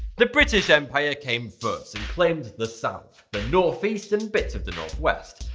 the british empire came first and claimed the south, the north east and bits of the north west.